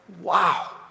wow